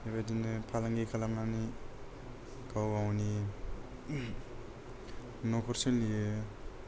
बेबादिनो फालांगि खालामनानै गाव गावनि न'खर सोलियो